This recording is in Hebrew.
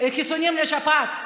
בחיסונים לשפעת.